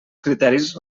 criteris